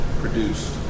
produced